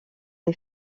les